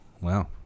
Wow